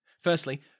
Firstly